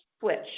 switch